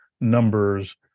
numbers